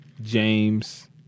James